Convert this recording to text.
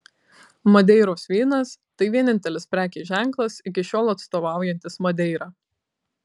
madeiros vynas tai vienintelis prekės ženklas iki šiol atstovaujantis madeirą